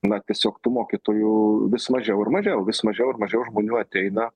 na tiesiog tų mokytojų vis mažiau ir mažiau vis mažiau ir mažiau žmonių ateina